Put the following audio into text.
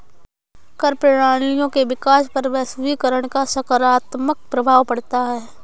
कर प्रणालियों के विकास पर वैश्वीकरण का सकारात्मक प्रभाव पढ़ता है